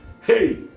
Hey